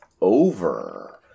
over